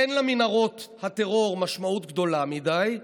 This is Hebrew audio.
אין למנהרות הטרור משמעות גדולה מדי,